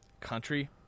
country